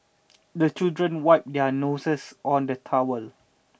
the children wipe their noses on the towel